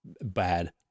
bad